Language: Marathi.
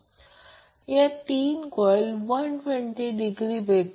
तर हे Vg 2 RLR g RL 2 x g 2 असू शकते